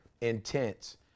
intense